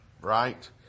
right